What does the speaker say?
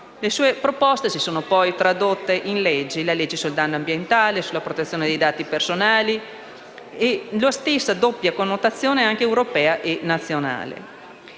Le sue proposte si sono poi tradotte in leggi; la legge sul danno ambientale, sulla protezione dei dati personali, nella doppia connotazione europea e nazionale.